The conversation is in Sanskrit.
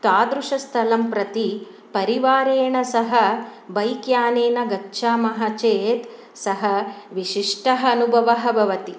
तादृशस्थलं प्रति परिवारेण सह बैक् यानेन गच्छामः चेत् सः विशिष्टः अनुभवः भवति